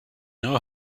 know